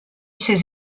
ses